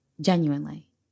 Genuinely